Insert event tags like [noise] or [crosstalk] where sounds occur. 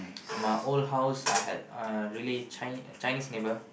[noise] my old house I had uh really chi~ Chinese neighbor